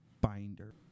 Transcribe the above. Binder